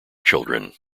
children